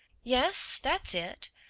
yes, that's it.